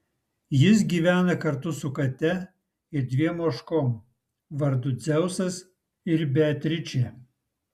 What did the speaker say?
jis gyvena kartu su kate ir dviem ožkom vardu dzeusas ir beatričė